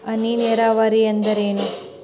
ಹನಿ ನೇರಾವರಿ ಎಂದರೇನು?